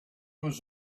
was